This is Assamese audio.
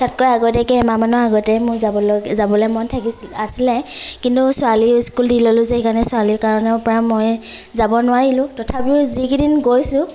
তাতকৈ আগতীয়াকৈ এমাহমানৰ আগতে মোৰ যাবলৈ যাবলৈ মন থাকিছিল আছিলে কিন্তু ছোৱালীৰ স্কুল দি ল'লো যে সেইকাৰণে ছোৱালীৰ কাৰণেও প্ৰায় মই যাব নোৱাৰিলোঁ তথাপিও যিগিদিন গৈছো